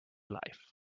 life